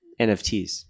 NFTs